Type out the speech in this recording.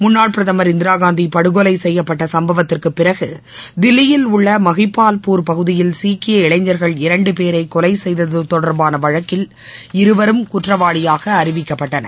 முன்னாள் பிரதமர் இந்திரா காந்தி படுகொலை செய்யப்பட்ட சம்பவத்திற்குப் பிறகு தில்லியில் உள்ள மஹிப்பால்பூர் பகுதியில் சீக்கிய இளைஞர்கள் இரண்டு பேரர கொலை செய்தது தொடர்பான வழக்கில் இருவரும் குற்றவாளியாக அறிவிக்கப்பட்டனர்